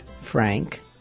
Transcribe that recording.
Frank